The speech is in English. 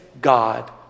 God